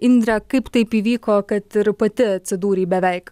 indre kaip taip įvyko kad ir pati atsidūrei beveik